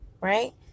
right